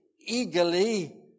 eagerly